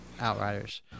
Outriders